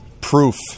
proof